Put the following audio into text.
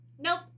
Nope